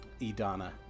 Idana